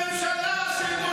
הרסתם את כל